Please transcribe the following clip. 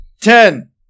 Ten